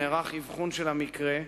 נערך אבחון של המקרה,